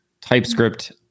TypeScript